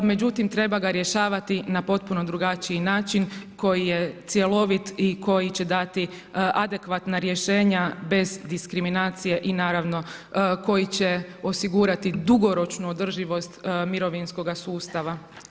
Međutim, treba ga rješavati na potpuno drugačiji način koji je cjelovit i koji će dati adekvatna rješenja bez diskriminacije i naravno koji će osigurati dugoročnu održivost mirovinskoga sustava.